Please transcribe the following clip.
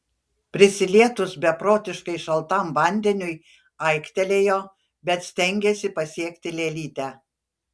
prisilietus beprotiškai šaltam vandeniui aiktelėjo bet stengėsi pasiekti lėlytę